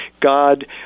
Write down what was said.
God